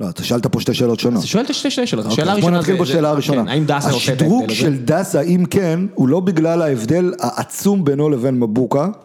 לא, אתה שאלת פה שתי שאלות שונות. אני שואל שתי שאלות, שאלה ראשונה. בוא נתחיל בשאלה הראשונה. האם דאסה עושה את זה לבין? השטרוק של דאסה, אם כן, הוא לא בגלל ההבדל העצום בינו לבין מבוקה.